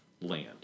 land